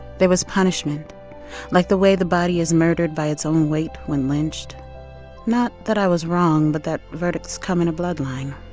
there was punishment like the way the body is murdered by its own weight when lynched not that i was wrong but that verdicts come in a bloodline.